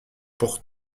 pour